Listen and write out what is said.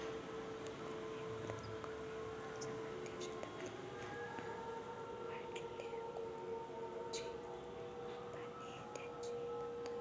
कमी खर्चामंदी शेतातलं उत्पादन वाढाले कोनची पानी द्याची पद्धत चांगली राहीन?